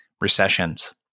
recessions